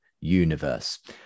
universe